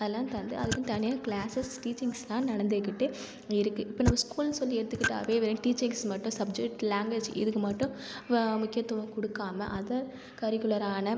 அதுலாம் தந்து அதுக்குனு தனியாக கிளாசஸ் டீச்சிங்ஸ்லாம் நடந்துக்கிட்டு இருக்குது இப்போ நம்ம் ஸ்கூல்ன்னு சொல்லி எடுத்துக்கிட்டாவே வெறும் டீச்சிங்ஸ் மட்டும் சப்ஜெக்ட் லாங்வேஜ் இதுக்கு மட்டும் முக்கியத்துவம் கொடுக்காமல் அதர் கரிகுலரான